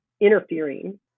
interfering